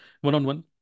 one-on-one